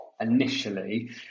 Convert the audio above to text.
initially